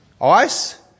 Ice